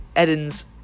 Edens